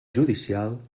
judicial